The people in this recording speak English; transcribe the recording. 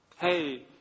Hey